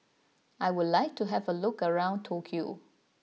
I would like to have a look around Tokyo